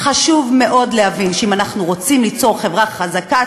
חשוב מאוד להבין שאם אנחנו רוצים ליצור חברה חזקה,